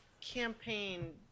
campaign